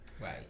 Right